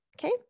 okay